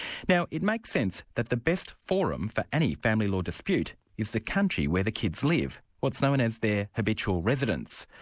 now it makes sense that the best forum for any family law dispute is the country where the kids live, what's known as their habitual residence.